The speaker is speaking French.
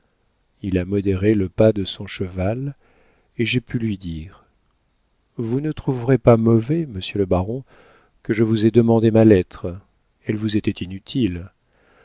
il a modéré le pas de son cheval et j'ai pu lui dire vous ne trouverez pas mauvais monsieur le baron que je vous aie redemandé ma lettre elle vous était inutile